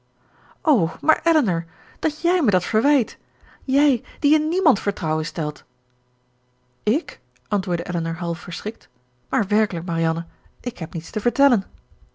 o maar elinor dat jij me dat verwijt jij die in niemand vertrouwen stelt ik antwoordde elinor half verschrikt maar werkelijk marianne ik heb niets te vertellen